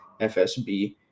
FSB